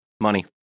Money